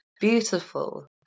beautiful